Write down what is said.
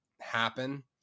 happen